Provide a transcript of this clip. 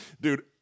Dude